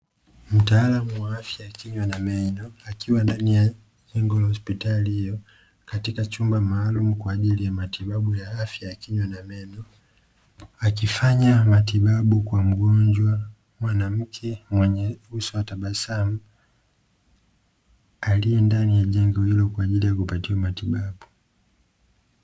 Mtaalamu wa afya ya kinywa na meno, akiwa ndani ya jengo la hospitali hiyo, katika chumba maalumu kwa ajili ya matibabu ya afya ya kinywa na meno, akifanya matibabu kwa mgonjwa mwanamke, mwenye uso wa tabasamu, aliye ndani ya jengo hilo, kwa ajili ya kupatiwa matibabu.